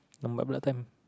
lambat pulak time